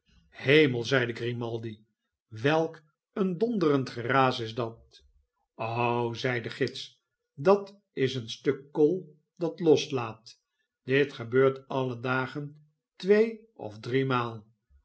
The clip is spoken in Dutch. hemel zeide grimaldi welk een donderend geraas is dat a zeide de gids dat is een stukkool dat loslaat dit gebeurt alle dagen twee of driemaal